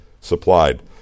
supplied